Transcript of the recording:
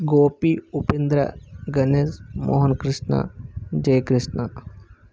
Gopi Upendra Ganesh Mohanakrishna Jayakrishna